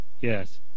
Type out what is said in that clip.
Yes